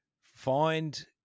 find